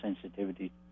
sensitivity